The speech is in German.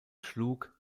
schlug